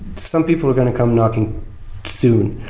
some people are going to come knocking soon.